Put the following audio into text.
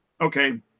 okay